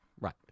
Right